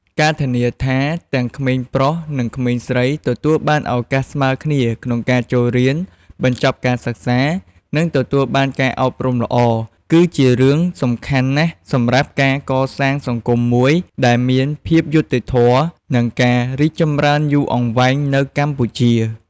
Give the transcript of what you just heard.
ការធានាថាទាំងក្មេងប្រុស និងក្មេងស្រីទទួលបានឱកាសស្មើគ្នាក្នុងការចូលរៀន បញ្ចប់ការសិក្សា និងទទួលបានការអប់រំល្អ គឺជារឿងសំខាន់ណាស់សម្រាប់ការកសាងសង្គមមួយដែលមានភាពយុត្តិធម៌ និងការរីកចម្រើនយូរអង្វែងនៅកម្ពុជា។